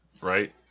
right